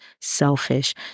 selfish